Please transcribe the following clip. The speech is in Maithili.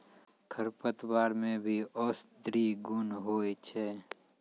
खरपतवार मे भी औषद्धि गुण होय छै